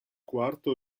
quarto